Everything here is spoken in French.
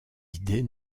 idées